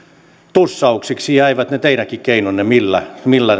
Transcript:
tussauksiksi jäivät ne teidän keinonne millä millä